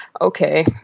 okay